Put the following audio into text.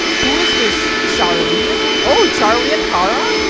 who is this charlie yeah oh charlie and cara?